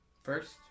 First